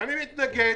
מי נגד?